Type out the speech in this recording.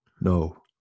No